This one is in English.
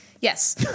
Yes